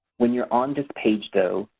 when you're on this page though,